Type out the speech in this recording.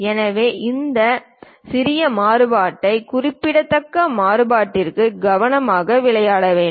எனவே இந்த சிறிய மாறுபாட்டை குறிப்பிடத்தக்க மாறுபாட்டிற்கு கவனமாக விளையாட வேண்டும்